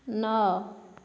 ନଅ